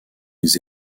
les